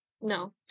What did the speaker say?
No